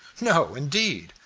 no, indeed,